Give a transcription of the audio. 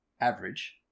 average